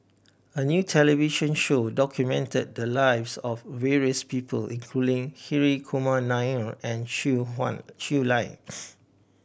a new television show documented the lives of various people including Hri Kumar Nair and Shui Hun Shui Lans